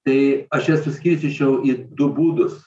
tai aš jas suskirstyčiau į du būdus